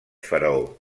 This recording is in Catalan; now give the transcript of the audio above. faraó